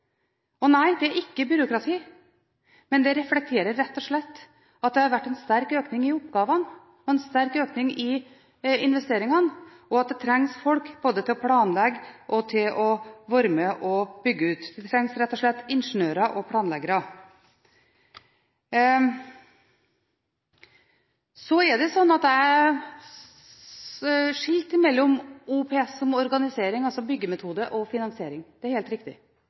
Men nei, det er ikke byråkrati, det reflekterer rett og slett at det har vært en sterk økning i oppgavene og en sterk økning i investeringene. Det trengs folk både til å planlegge og til å være med å bygge ut. Det trengs rett og slett ingeniører og planleggere. Så er det slik at jeg skilte mellom OPS som organisering, altså byggemetode, og finansiering – det er helt riktig.